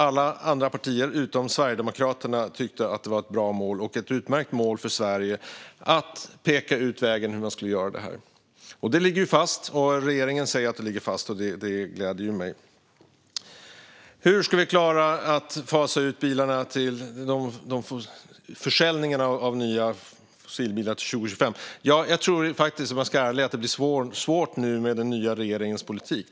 Alla andra partier utom Sverigedemokraterna tyckte också att det var ett bra mål och ett utmärkt mål för Sverige för att peka ut vägen. Målet ligger fast, och även regeringen säger att det ligger fast, vilket gläder mig. Hur ska vi klara att fasa ut försäljningen av nya fossilbilar till 2025? Om jag ska vara ärlig tror jag faktiskt att det blir svårt med den nya regeringens politik.